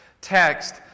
text